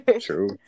True